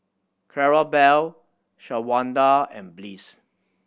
Clarabelle Shawanda and Bliss